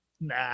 nah